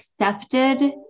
accepted